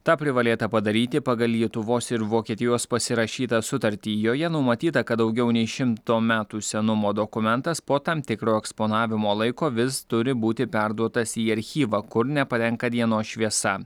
tą privalėta padaryti pagal lietuvos ir vokietijos pasirašytą sutartį joje numatyta kad daugiau nei šimto metų senumo dokumentas po tam tikro eksponavimo laiko vis turi būti perduotas į archyvą kur nepatenka dienos šviesa